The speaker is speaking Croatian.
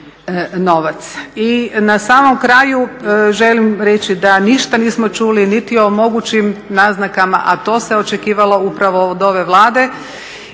I na samom kraju želim reći dan išta nismo čuli niti o mogućim naznakama a to se očekivalo upravo od ove Vlade